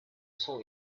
saw